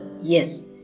Yes